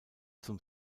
zum